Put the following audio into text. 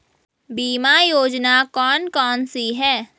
बीमा योजना कौन कौनसी हैं?